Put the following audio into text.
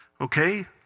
Okay